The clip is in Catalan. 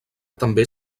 també